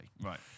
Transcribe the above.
Right